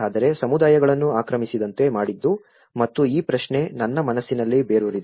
ಆದರೆ ಸಮುದಾಯಗಳನ್ನು ಆಕ್ರಮಿಸದಂತೆ ಮಾಡಿದ್ದು ಮತ್ತು ಈ ಪ್ರಶ್ನೆ ನನ್ನ ಮನಸ್ಸಿನಲ್ಲಿ ಬೇರೂರಿದೆ